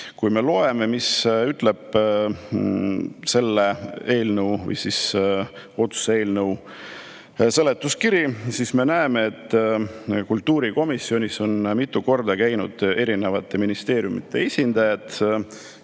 Kui me loeme, mis ütleb selle otsuse eelnõu seletuskiri, siis me näeme, et kultuurikomisjonis on mitu korda käinud erinevate ministeeriumide esindajad.